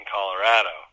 Colorado